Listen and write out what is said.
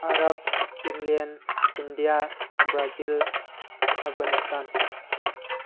Arab ꯏꯪꯂꯦꯟ India Brazil Afghanistan